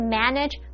manage